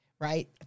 right